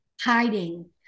hiding